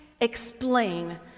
explain